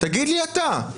תגיד לי אתה?